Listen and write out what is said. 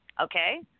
Okay